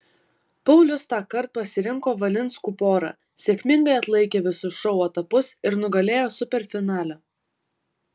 paulius tąkart pasirinko valinskų porą sėkmingai atlaikė visus šou etapus ir nugalėjo superfinale